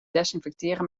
desinfecteren